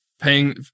paying